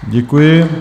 Děkuji.